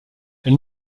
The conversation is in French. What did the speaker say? elle